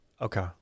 Okay